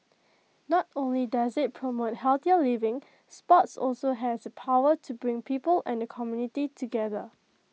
not only does IT promote healthier living sports also has the power to bring people and the community together